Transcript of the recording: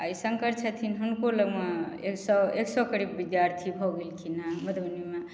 आ ई शङ्कर छथिन हुनको लगमे एक सए करीब विद्यार्थी भऽ गेलखिन हँ मधुबनीमे